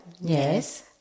Yes